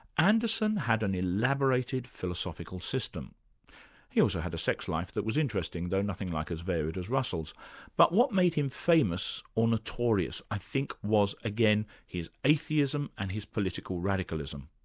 anderson had an elaborated philosophical system he also had a sex life that was interesting though nothing like as varied as russell's but what made him famous or notorious i think was again his atheism and his political radicalism.